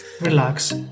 relax